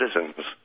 citizens